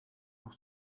pour